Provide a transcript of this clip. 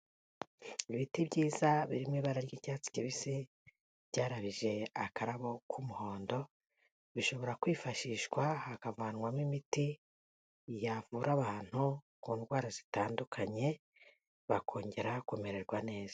Ibiti byiza birimo ibara ry'icyatsi kibisi, byarabije akarabo k'umuhondo, bishobora kwifashishwa hakavanwamo imiti yavura abantu ku ndwara zitandukanye, bakongera kumererwa neza.